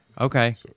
Okay